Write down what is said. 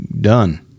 done